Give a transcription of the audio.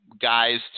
guys